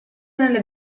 nelle